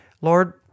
lord